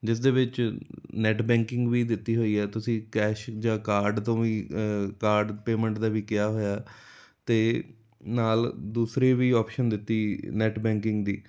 ਜਿਸ ਦੇ ਵਿੱਚ ਨੈੱਟ ਬੈਂਕਿੰਗ ਵੀ ਦਿੱਤੀ ਹੋਈ ਹੈ ਤੁਸੀਂ ਕੈਸ਼ ਜਾਂ ਕਾਰਡ ਤੋਂ ਵੀ ਕਾਰਡ ਪੇਮੈਂਟ ਦਾ ਵੀ ਕਿਹਾ ਹੋਇਆ ਅਤੇ ਨਾਲ ਦੂਸਰੀ ਵੀ ਆਪਸ਼ਨ ਦਿੱਤੀ ਨੈਟ ਬੈਂਕਿੰਗ ਦੀ